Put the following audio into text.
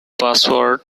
password